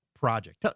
project